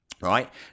right